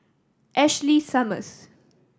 Ashley Summers